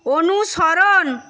অনুসরণ